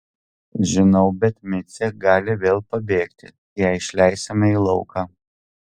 žinau bet micė gali vėl pabėgti jei išleisime į lauką